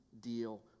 deal